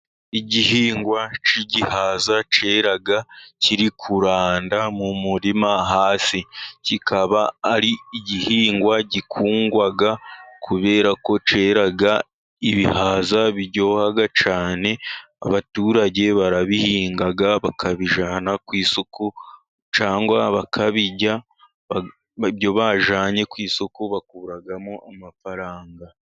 Igihingwa cy'igihaza cyera kiri kuranda mu murima hasi. Kikaba ari igihingwa gikundwa kubera ko cyera ibihaza biryohaha cyane, abaturage barabihinga bakabijyana ku isuko cyangwa bakabirya, ibyo bajyanye ku isoko bakuramo amafaranga.